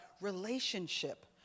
relationship